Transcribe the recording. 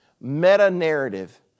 Meta-narrative